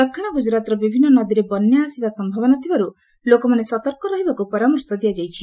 ଦକ୍ଷିଣ ଗୁଜରାଟ୍ର ବିଭିନ୍ନ ନଦୀରେ ବନ୍ୟା ଆସିବା ସମ୍ଭାବନା ଥିବାରୁ ଲୋକମାନେ ସତର୍କ ରହିବାକୁ ପରାମର୍ଶ ଦିଆଯାଇଛି